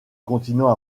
continent